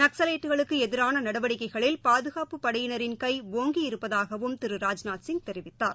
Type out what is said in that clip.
நக்ஸவைட்களுக்குஎதிரானநடவடிக்கைகளில் பாதுகாப்புப் படையினின் கை ஒங்கியிருப்பதாகவும் திரு ராஜ்நாத்சிங் தெரிவித்தார்